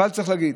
אבל צריך להגיד,